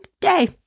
day